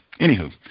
Anywho